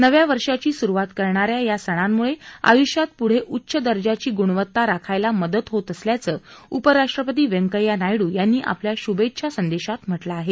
नव्या वर्षाची सुरूवात करणा या या सणांमुळे आयुष्यात पुढे उच्च दर्जाची गुणवत्ता राखायला मदत होत असल्याचं उपराष्ट्रपती व्यंकैय्या नायडू यांनी आपल्या शुभेच्छा संदेशात म्हटलं आहे